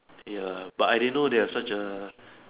ya but I didn't know they have such a